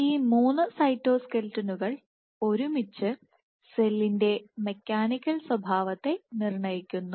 ഈ മൂന്ന് സൈറ്റോസ്ക്ലെറ്റോണുകൾ ഒരുമിച്ച് സെല്ലിന്റെ മെക്കാനിക്കൽ സ്വഭാവത്തെ നിർണ്ണയിക്കുന്നു